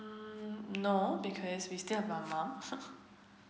mm no because we still have my mom